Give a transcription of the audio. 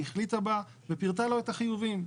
החליטה בה ופירטה לו את החיובים,